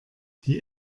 die